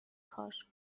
کار